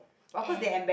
and